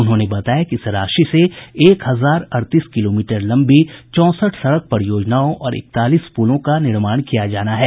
उन्होंने बताया कि इस राशि से एक हजार अड़तीस किलोमीटर लम्बी चौंसठ सड़क परियोजनाओं और इकतालीस पुलों का निर्माण किया जाना है